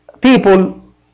people